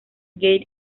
gate